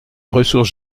ressources